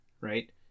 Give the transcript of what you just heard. Right